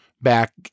back